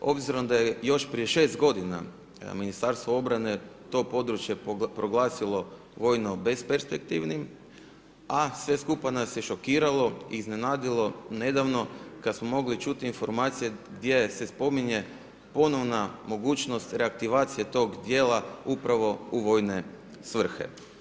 Obzirom da je još prije 6 godina Ministarstvo obrane to područje proglasilo vojno besperspektivnim, a sve skupa nas je šokiralo i iznenadilo nedavno kad smo mogli čuti informacije gdje se spominje ponovna mogućnost reaktivacije tog dijela upravo u vojne svrhe.